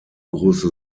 große